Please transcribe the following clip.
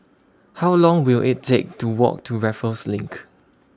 How Long Will IT Take to Walk to Raffles LINK